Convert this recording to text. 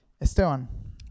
Esteban